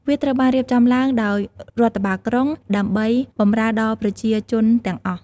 វាត្រូវបានរៀបចំឡើងដោយរដ្ឋបាលក្រុង ដើម្បីបម្រើដល់ប្រជាជនទាំងអស់។